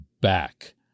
back